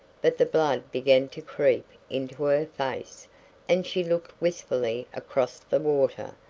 but the blood began to creep into her face and she looked wistfully across the water.